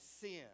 sin